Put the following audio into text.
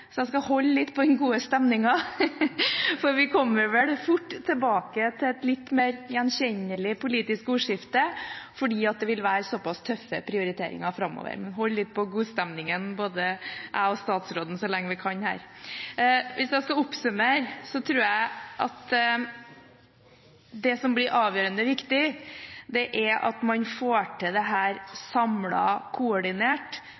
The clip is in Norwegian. så jeg skal holde litt på den gode stemningen. Vi kommer vel fort tilbake til et litt mer gjenkjennelig politisk ordskifte, for det vil være tøffe prioriteringer framover. Men både jeg og statsråden må holde litt på den gode stemningen så lenge vi kan. Hvis jeg skal oppsummere, tror jeg at det som blir avgjørende, er at man får dette til samlet og koordinert,